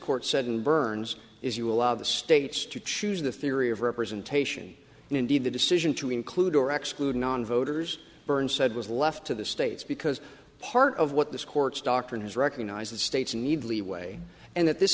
court said in burns is you allow the states to choose the theory of representation and indeed the decision to include or exclude nonvoters burns said was left to the states because part of what this court's doctrine is recognize that states need leeway and that this